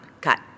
Cut